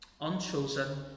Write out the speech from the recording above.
unchosen